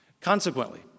Consequently